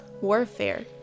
warfare